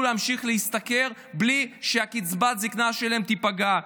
להמשיך להשתכר בלי שקצבת הזקנה שלהם תיפגע.